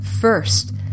First